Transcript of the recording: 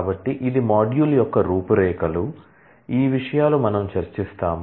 కాబట్టి ఇది మాడ్యూల్ యొక్క రూపురేఖలు ఈ విషయాలు మనము చర్చిస్తాము